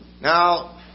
Now